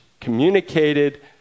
communicated